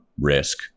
risk